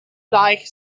like